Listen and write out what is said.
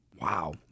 Wow